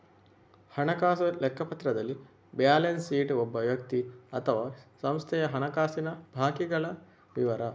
ಹಣಕಾಸು ಲೆಕ್ಕಪತ್ರದಲ್ಲಿ balance sheet ಒಬ್ಬ ವ್ಯಕ್ತಿ ಅಥವಾ ಸಂಸ್ಥೆಯ ಹಣಕಾಸಿನ ಬಾಕಿಗಳ ವಿವರ